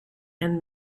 and